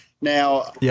now